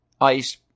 ice